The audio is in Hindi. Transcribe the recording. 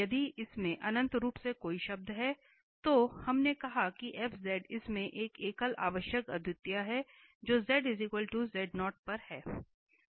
यदि इसमें अनंत रूप से कई शब्द हैं तो हमने कहा कि f इसमें एक अलग आवश्यक अद्वितीयता है जो पर हैं